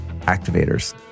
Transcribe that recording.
activators